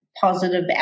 positive